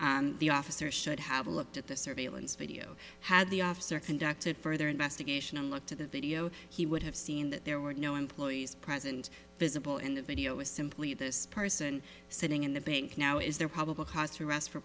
says the officer should have looked at the surveillance video had the officer conducted further investigation and looked at the video he would have seen that there were no employees present visible in the video is simply this person sitting in the bank now is there probable cause to arrest for